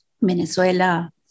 Venezuela